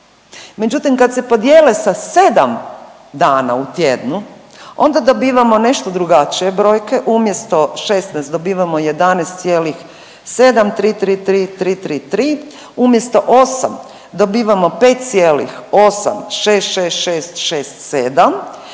Međutim, kad se podijele sa 7 dana u tjednu, onda dobivamo nešto drugačije brojke umjesto 16 dobivamo 11,7333333. Umjesto 8 dobivamo 5,866667.